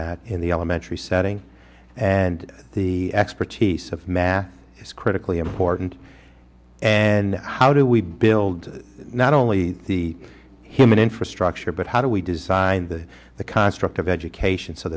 that in the elementary setting and the expertise of math is critically important and how do we build not only the human infrastructure but how do we design the the construct of education so